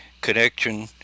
connection